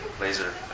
laser